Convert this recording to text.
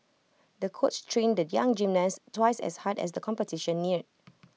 the coach trained the young gymnast twice as hard as the competition neared